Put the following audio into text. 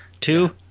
Two